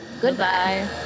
Goodbye